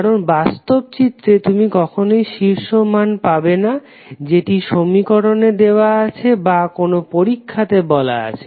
কারণ বাস্তব চিত্রে তুমি কখনই শীর্ষ মান পাবে না যেটি সমীকরণে দেওয়া আছে অথবা কোন পরীক্ষাতে বলা আছে